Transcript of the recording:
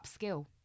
upskill